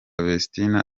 vestine